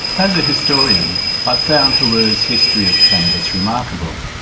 as a historian i found herer's history of cannabis remarkable,